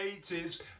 80s